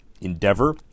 Endeavor